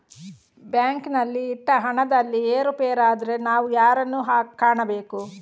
ಬ್ಯಾಂಕಿನಲ್ಲಿ ಇಟ್ಟ ಹಣದಲ್ಲಿ ಏರುಪೇರಾದರೆ ನಾವು ಯಾರನ್ನು ಕಾಣಬೇಕು?